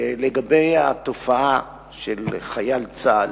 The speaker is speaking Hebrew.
לגבי התופעה של חייל צה"ל,